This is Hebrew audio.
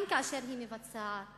גם כאשר היא מבצעת